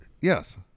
Yes